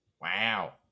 Wow